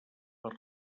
per